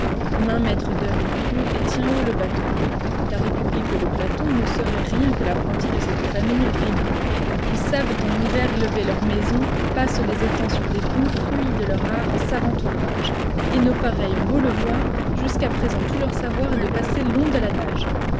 maint maître d'œuvre y court et tient haut le bâton la république de platon ne serait rien que l'apprentie de cette famille amphibie ils savent en hiver élever leurs maisons passent les étangs sur des ponts fruit de leur art savant ouvrage et nos pareils ont beau le voir jusqu'à présent tout leur savoir est de passer l'onde à la nage